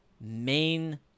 main